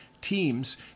teams